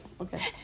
okay